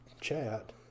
chat